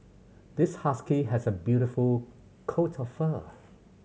this husky has a beautiful coat of fur